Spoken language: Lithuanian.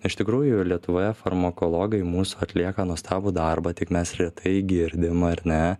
iš tikrųjų lietuvoje farmakologai mūsų atlieka nuostabų darbą tik mes retai girdim ar ne